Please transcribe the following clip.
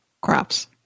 crops